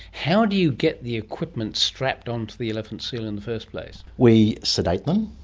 how do you get the equipment strapped on to the elephant seal in the first place? we sedate them,